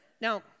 now